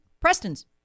Preston's